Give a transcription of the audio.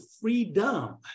freedom